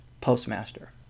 postmaster